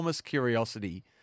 curiosity